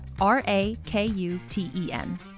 R-A-K-U-T-E-N